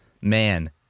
man